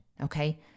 Okay